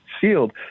sealed